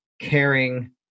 caring